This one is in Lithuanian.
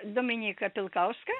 dominyką pilkauską